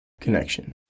connection